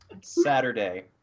Saturday